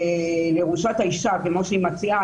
לירושת האישה ומה שהיא מציעה,